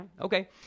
okay